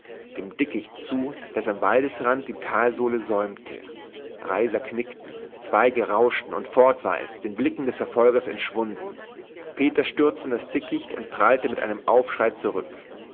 dem dickicht zu das am waldesrand die talsohle säumte reiser knickten zweige rauschten und fort war es den blicken des verfolgers entschwunden peter stürzte in das dickicht und prallte mit einem aufschrei zurück